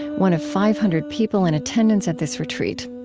one of five hundred people in attendance at this retreat.